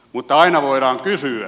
mutta aina voidaan kysyä